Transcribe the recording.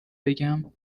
بگم